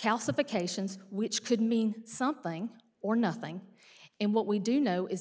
calcifications which could mean something or nothing and what we do know is